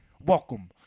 Welcome